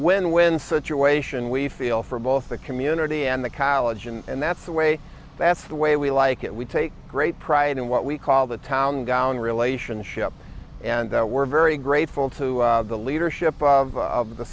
win win situation we feel for both the community and the college and that's the way that's the way we like it we take great pride in what we call the town down relationship and we're very grateful to the leadership of